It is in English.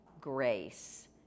grace